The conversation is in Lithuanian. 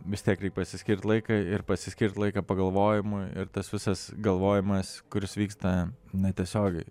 vis tiek reik pasiskirt laiką ir pasiskirt laiką pagalvojimui ir tas visas galvojimas kuris vyksta netiesiogiai